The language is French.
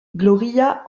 gloria